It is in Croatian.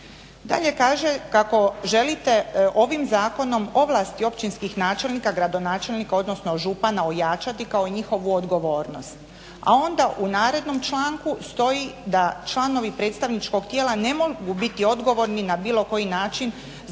Dalje kaže kako želite ovim zakonom ovlasti općinskih načelnika, gradonačelnika, odnosno župana ojačati kao njihovu odgovornost, a onda u narednom članku stoji da članovi predstavničkog tijela ne mogu biti odgovorni na bilo koji način zbog